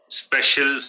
special